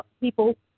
people